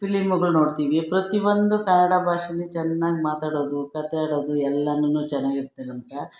ಫಿಲಿಮುಗಳು ನೊಡ್ತೀವಿ ಪ್ರತಿಯೊಂದು ಕನ್ನಡ ಭಾಷೇಲಿ ಚೆನ್ನಾಗಿ ಮಾತಾಡೋದು ಕತೆ ಆಡೋದು ಎಲ್ಲಾನೂ ಚೆನ್ನಾಗಿರತ್ತೆ ನಮಗೆ